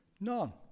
none